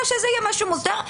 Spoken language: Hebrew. שיהיה מוסדר.